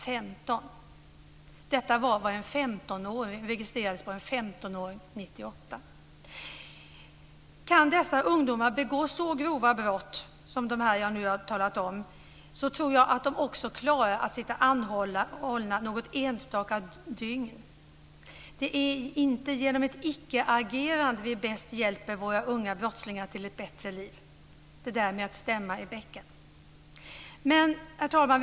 Detta var vad som registrerades av vad 15 åringar kunde åstadkomma under år 1998. Kan dessa ungdomar begå så grova brott som de jag nu har talat om tror jag också att de klarar att sitta anhållna något enstaka dygn. Det är inte genom ett icke-agerande vi bäst hjälper våra unga brottslingar till ett bättre liv. Det handlar om att stämma i bäcken. Herr talman!